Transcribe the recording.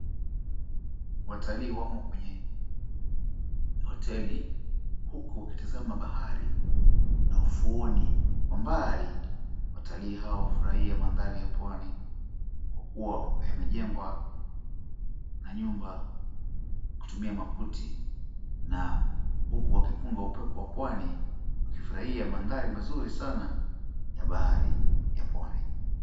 Watalii wamo kwenye hoteli huku wakitazama bahari na ufuoni. Kwa mbali watalii hawa hufurahia mandhari ya pwani kwa kuwa yamejengwa na nyumba kutumia makuti na huku wakipunga upepo wa pwani wakifurahia mandhari mazuri sana ya bahari ya pwani.